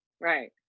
right